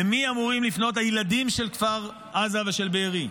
למי אמורים לפנות הילדים של כפר עזה ושל בארי?